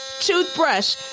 toothbrush